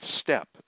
step